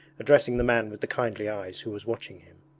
addressing the man with the kindly eyes who was watching him.